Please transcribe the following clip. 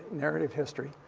narrative history,